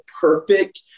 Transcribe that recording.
perfect